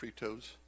fritos